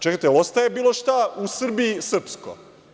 Čekajte, da li ostaje bilo šta u Srbiji srpsko?